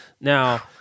now